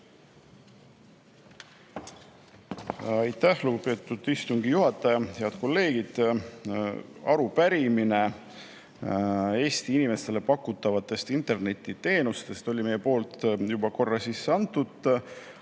Aitäh, lugupeetud istungi juhataja! Head kolleegid! Arupärimine Eesti inimestele pakutavate internetiteenuste kohta oli meil juba korra sisse antud,